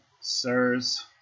sirs